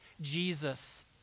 Jesus